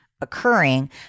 occurring